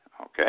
Okay